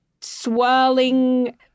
swirling